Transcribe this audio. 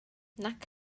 nac